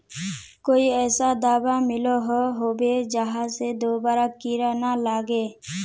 कोई ऐसा दाबा मिलोहो होबे जहा से दोबारा कीड़ा ना लागे?